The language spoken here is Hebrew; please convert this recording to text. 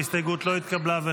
ההסתייגות לא התקבלה.